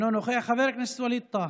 אינו נוכח, חבר הכנסת ווליד טאהא,